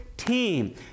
team